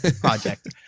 project